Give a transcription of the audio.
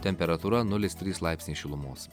temperatūra nulis trys laipsniai šilumos